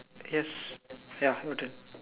yes ya noted